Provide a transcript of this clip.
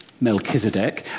Melchizedek